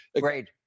Great